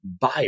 buyer